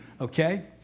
Okay